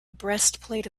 breastplate